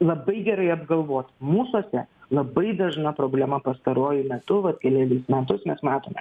labai gerai apgalvot mūsuose labai dažna problema pastaruoju metu vat kelerius metus mes matome